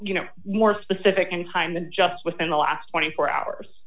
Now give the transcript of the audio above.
you know more specific any time than just within the last twenty four hours